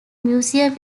museum